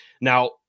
Now